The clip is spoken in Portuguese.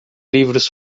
livros